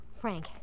Frank